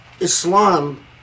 Islam